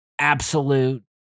absolute